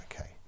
Okay